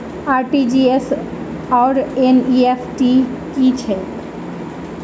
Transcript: RTGS आओर NEFT की छैक?